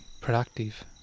productive